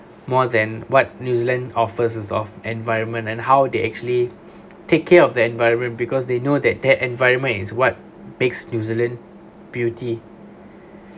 more than what new zealand offers of environment and how they actually take care of the environment because they know that their environment is what makes new zealand beauty